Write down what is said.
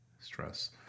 stress